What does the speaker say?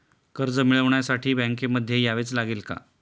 कर्ज मिळवण्यासाठी बँकेमध्ये यावेच लागेल का?